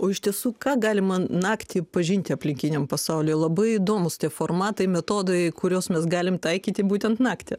o iš tiesų ką galima naktį pažinti aplinkiniam pasauliui labai įdomūs tie formatai metodai kuriuos mes galim taikyti būtent naktį